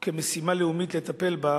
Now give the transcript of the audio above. או כמשימה לאומית לטפל בה,